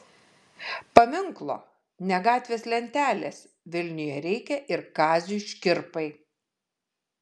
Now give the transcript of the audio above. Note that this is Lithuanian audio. paminklo ne gatvės lentelės vilniuje reikia ir kaziui škirpai